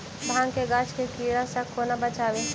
भांग केँ गाछ केँ कीड़ा सऽ कोना बचाबी?